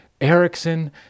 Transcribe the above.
Erickson